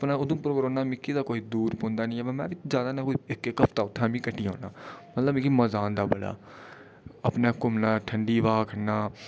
अपना उधमपुर कोई दूर निं पौंदी मिगी ते ज्यादा नेईं ते इक इक हफ्ता उत्थैं कट्टी औंना मतलब मिगी मजा औंदा बड़ा अपना घमुना ठंडी ब्हाऽ खन्ना